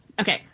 Okay